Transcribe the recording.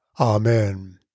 Amen